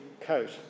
coat